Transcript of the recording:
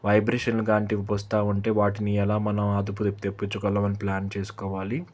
vibration లాంటివి వస్తూ ఉంటే వాటిని ఎలా మనం అదుపు తెప్పించగలమని ప్లాన్ చేసుకోవాలి